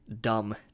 dumb